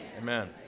Amen